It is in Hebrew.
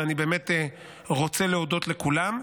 ואני באמת רוצה להודות לכולם.